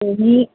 दोन्ही